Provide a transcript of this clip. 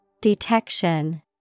Detection